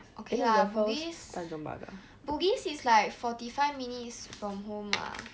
okay lah bugis bugis is like forty five minutes from home lah